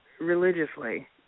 religiously